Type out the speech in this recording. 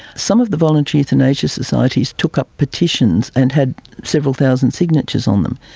some of the voluntary euthanasia societies took up petitions and had several thousand signatures on them.